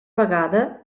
vegada